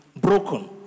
broken